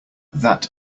that